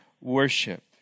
worship